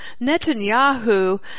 Netanyahu